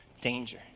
danger